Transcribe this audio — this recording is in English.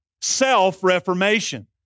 Self-reformation